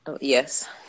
Yes